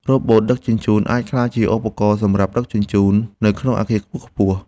រ៉ូបូតដឹកជញ្ជូន អាចក្លាយជាឧបករណ៍សម្រាប់ដឹកជញ្ជូននៅក្នុងអគារខ្ពស់ៗ។